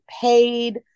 paid